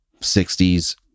60s